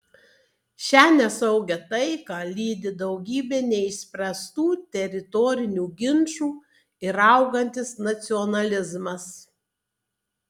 šią nesaugią taiką lydi daugybė neišspręstų teritorinių ginčų ir augantis nacionalizmas